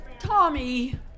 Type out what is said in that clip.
Tommy